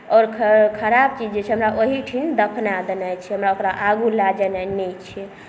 आओर खराब चीज जे छै हमरा ओहीठाम दफनाए देनाय छै हमरा ओकरा आगू लए जेनाय नहि छै